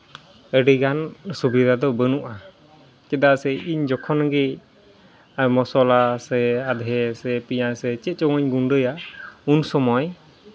ᱟᱹᱰᱤᱜᱟᱱ ᱥᱩᱵᱤᱫᱷᱟ ᱫᱚ ᱵᱟᱹᱱᱩᱜᱼᱟ ᱪᱮᱫᱟᱜ ᱥᱮ ᱤᱧ ᱡᱚᱠᱷᱚᱱ ᱜᱮ ᱢᱚᱥᱚᱞᱟ ᱟᱫᱷᱮ ᱥᱮ ᱯᱮᱸᱭᱟᱡᱽ ᱥᱮ ᱪᱮᱫ ᱪᱚᱝ ᱤᱧ ᱜᱩᱰᱟᱹᱭᱟ ᱩᱱ ᱥᱚᱢᱚᱭ